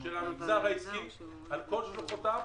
של המגזר העסקי על כל שלוחותיו